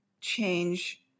change